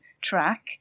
track